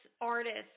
artists